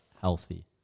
healthy